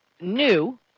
new